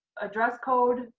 a dress code,